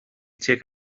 tuag